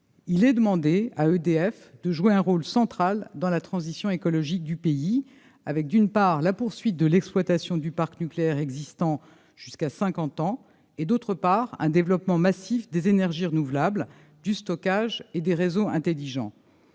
il est demandé de jouer un rôle central dans la transition écologique du pays : d'une part, en poursuivant l'exploitation du parc nucléaire existant jusqu'à cinquante ans et, d'autre part, en développant massivement les énergies renouvelables, le stockage et les réseaux intelligents.